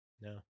No